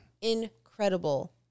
Incredible